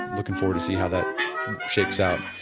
looking forward to see how that shapes out.